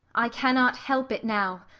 i cannot help it now,